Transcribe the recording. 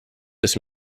this